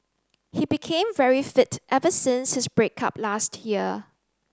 he became very fit ever since his break up last year